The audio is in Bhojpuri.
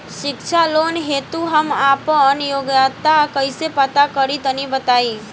शिक्षा लोन हेतु हम आपन योग्यता कइसे पता करि तनि बताई?